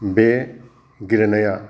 बे गेलेनाया